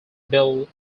bell